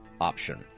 option